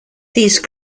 these